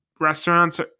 restaurants